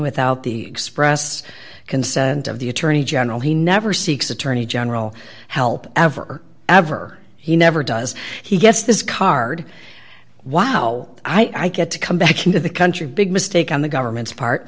without the express consent of the attorney general he never seeks attorney general help ever ever he never does he gets this card wow i get to come back into the country big mistake on the government's part